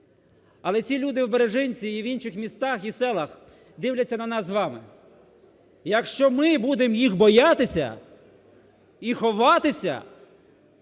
Але ці люди в Бережинці і в інших містах і селах дивляться на вас з вами. Якщо ми будем їх боятися і ховатися,